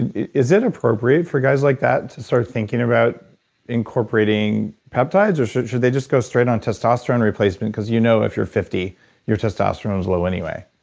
and is it appropriate for guys like that to start thinking about incorporating peptides, or should should they just go straight on testosterone replacement because you know if you're fifty your testosterone is low anyway